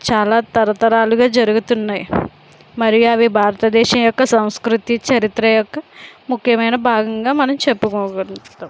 చాలా తరతరాలుగా జరుగుతున్నాయ్ మరియు అవి భారతదేశం యొక్క సంస్కృతి చరిత్ర యొక్క ముఖ్యమైన భాగంగా మనం చెప్పుకోగలుగుతాం